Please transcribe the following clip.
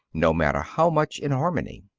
no matter how much in harmony.